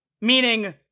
Meaning